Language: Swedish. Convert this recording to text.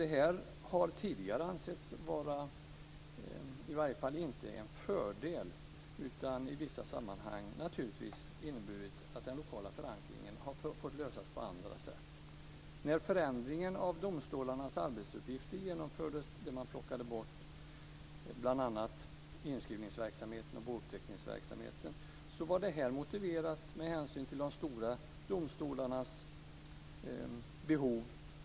Detta har tidigare i varje fall inte ansetts vara en fördel. Det har i vissa sammanhang naturligtvis inneburit att frågan om den lokala förankringen har fått lösas på andra sätt. Förändringen av domstolarnas arbetsuppgifter, då man plockade bort bl.a. inskrivningsverksamheten och bouppteckningsverksamheten, var motiverad med hänsyn till de stora domstolarnas behov.